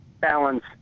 balance